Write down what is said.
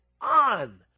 on